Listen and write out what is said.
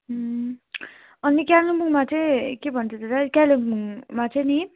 अनि कालिम्पोङमा चाहिँ के भन्छ त्यसलाई कालिम्पोङमा चाहिँ नि